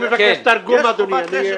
אני מבקש תרגום, אדוני.